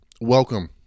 welcome